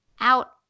out